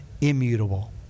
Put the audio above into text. immutable